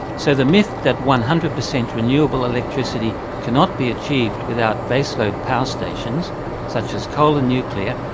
so, the myth that one hundred per cent renewable electricity cannot be achieved without base-load power stations such as coal and nuclear,